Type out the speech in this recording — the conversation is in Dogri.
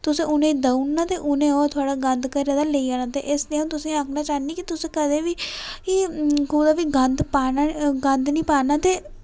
तुस ओह् उनें देई ओड़ना ते उनै ओ थुआढ़ा गंद घरा दा लेई जाना ते इस लेई अ'ऊं तुसेंगी आक्खना चाह्नी की तुस कदे बी कुदे बी गंद पाना गंद निं पाना ते